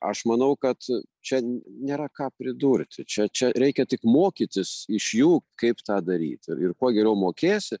aš manau kad čia nėra ką pridurti čia čia reikia tik mokytis iš jų kaip tą daryt ir ir kuo geriau mokėsi